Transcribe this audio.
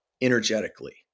energetically